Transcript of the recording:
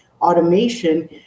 automation